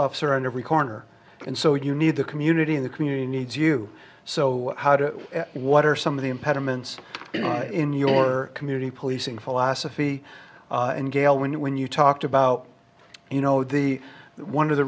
officer on every corner and so you need the community and the community needs you so how to what are some of the impediments in your community policing philosophy and gail when you when you talked about you know the the one of the